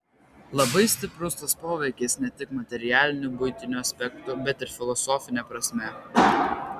labai stiprus tas poveikis ne tik materialiniu buitiniu aspektu bet ir filosofine prasme